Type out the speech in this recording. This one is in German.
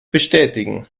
bestätigen